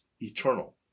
eternal